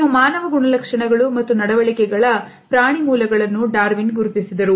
ಕೆಲವು ಮಾನವ ಗುಣಲಕ್ಷಣಗಳು ಮತ್ತು ನಡವಳಿಕೆಗಳ ಪ್ರಾಣಿ ಮೂಲಗಳನ್ನು ಡಾರ್ವಿನ್ ಗುರುತಿಸಿದರು